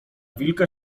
wilka